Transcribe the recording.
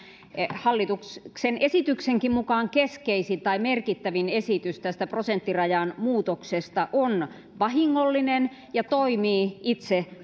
hallituksen esityksenkin mukaan keskeisin tai merkittävin esitys tästä prosenttirajan muutoksesta on vahingollinen ja toimii itse